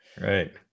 Right